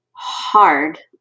hard